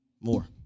More